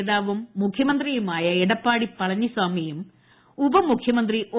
നേതാവും മുഖ്യമന്ത്രിയുമായ എടപ്പാടി പളനിസാമിയും ഉപമുഖ്യമന്ത്രി ഒ